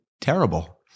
terrible